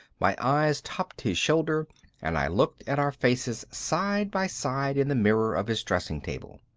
my eyes topped his shoulder and i looked at our faces side by side in the mirror of his dressing table.